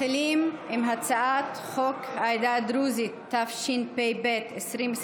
מתחילים בהצעת חוק העדה הדרוזית, התשפ"ב 2021,